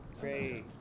Great